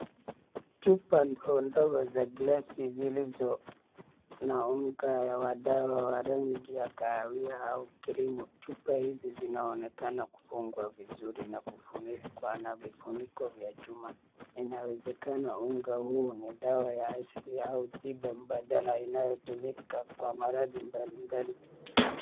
Chupa ndogo ndogo za glasi zilizo na unga wa dawa wa rangi ya kahawia au kilimo chupa hizi zinaonekana kufungwa vizuri na kufunikwa na vifuniko vya chuma inawezekana unga huu ni dawa ya asili au tiba mbadala inayotumika kwa maradhi mbalimbali.